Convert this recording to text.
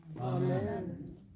Amen